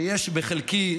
שיש בחלקי,